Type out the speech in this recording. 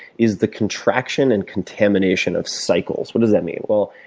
is the contraction and contamination of cycles. what does that mean? well,